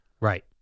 Right